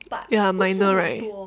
ya minor right